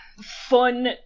fun